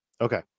Okay